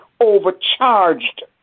overcharged